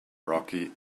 rocky